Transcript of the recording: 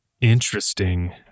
Interesting